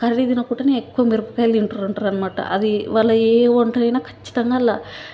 curry తినకుండానే ఎక్కువ మిరపకాయలు తింటుంటారన్నమాట అది వాళ్ళ ఏ వంటయినా ఖచ్చితంగా ల